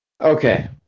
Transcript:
Okay